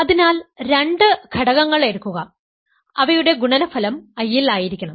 അതിനാൽ രണ്ട് ഘടകങ്ങൾ എടുക്കുക അവയുടെ ഗുണനഫലം I ൽ ആയിരിക്കണം